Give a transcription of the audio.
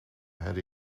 had